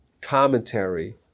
commentary